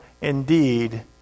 indeed